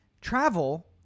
Travel